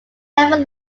level